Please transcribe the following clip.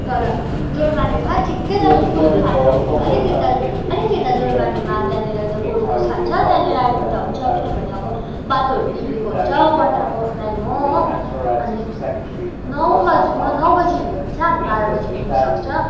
तल जोरमानेमा ठिक्कै तपाईँ पुदुङ फाटकदेखि अलिक यता अलिक यता जोरमानेमा त्यहाँनिर एउटा गोरु गोसखान छ त्यहाँनिर आइपुग्दा हुन्छ किनभने अब बाटोहरू बिग्रेको हुन्छ बर्खाको टाइम हो हो अनि नौ बजी म चाहिँ नौ बजी हिँड्यो भने चाहिँ हामी बाह्र बजी पुग्नुसक्छ